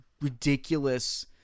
ridiculous